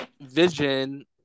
vision